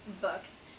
books